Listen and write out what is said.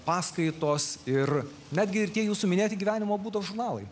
paskaitos ir netgi ir tie jūsų minėti gyvenimo būdo žurnalai